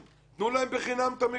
תנו להם בחינם את המגרשים.